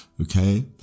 okay